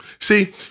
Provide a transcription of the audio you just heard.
See